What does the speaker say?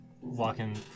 walking